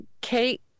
Kate